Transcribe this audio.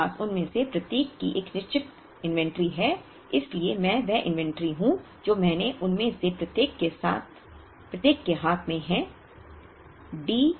मेरे पास उनमें से प्रत्येक की एक निश्चित सूची है इसलिए मैं वह सूची हूं जो मैंने उनमें से प्रत्येक के हाथ में है